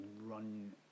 run